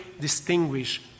distinguish